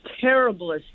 terriblest